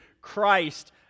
Christ